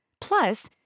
Plus